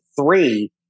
three